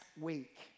week